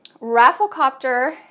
Rafflecopter